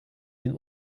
den